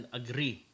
agree